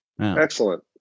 Excellent